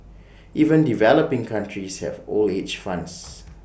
even developing countries have old age funds